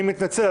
אני מתנצל.